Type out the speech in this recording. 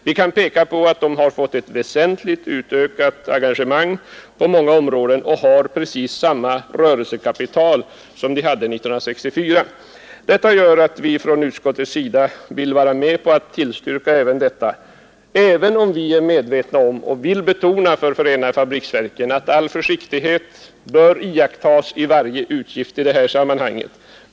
Vi kan peka på att de har fått ett väsentligt utökat engagemang på många områden och har precis samma rörelsekapital som de hade 1964. Detta gör att vi från utskottets sida vill vara med på att tillstyrka också den kredit det här är fråga om, även om vi är medvetna om — och vill betona för förenade fabriksverken — att all försiktighet bör iakttas med varje utgift i detta sammanhang.